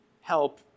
help